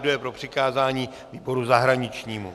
Kdo je pro přikázání výboru zahraničnímu?